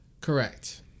Correct